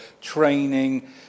training